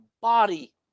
body